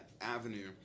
avenue